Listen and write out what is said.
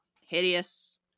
hideous